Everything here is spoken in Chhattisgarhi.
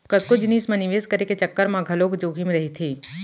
कतको जिनिस म निवेस करे के चक्कर म घलोक जोखिम रहिथे